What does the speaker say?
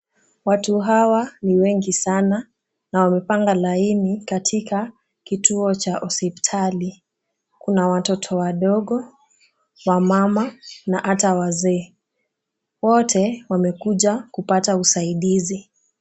Watu hawa ni wengi sana na wamepanga laini katika kituo cha hospitali. Kuna watoto wadogo ,wamama na ata wazee. Wote wamekuja kupata usaidizi.